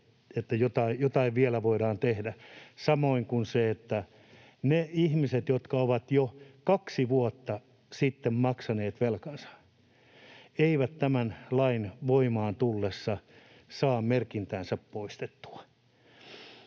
että jotain vielä voidaan tehdä, samoin kuin sen osalta, että ne ihmiset, jotka ovat jo kaksi vuotta sitten maksaneet velkansa, eivät tämän lain voimaan tullessa saa merkintäänsä poistettua.